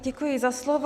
Děkuji za slovo.